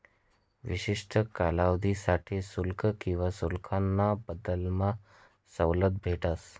विशिष्ठ कालावधीसाठे शुल्क किवा शुल्काना बदलामा सवलत भेटस